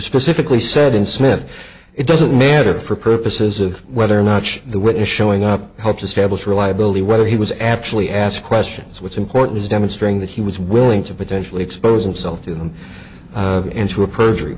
specifically said in smith it doesn't matter for purposes of whether or not the witness showing up helps establish reliability whether he was actually asked questions what's important is demonstrating that he was willing to potentially expose himself to them into a perjury